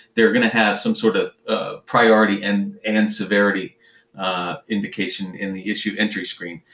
they're going to have some sort of priority and and severity indication in the issue entry screen.